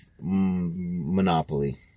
Monopoly